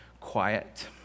quiet